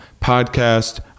podcast